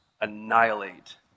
annihilate